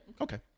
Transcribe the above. Okay